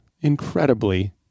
incredibly